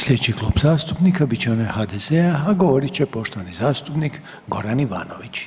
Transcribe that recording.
Slijedeći Klub zastupnika bit će onaj HDZ-a, a govorit će poštovani zastupnik Goran Ivanović.